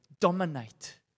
dominate